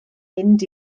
mynd